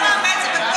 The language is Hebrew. ישראל, למה?